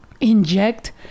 Inject